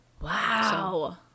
Wow